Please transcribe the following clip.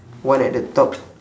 one at the top